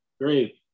Great